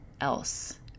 else